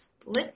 split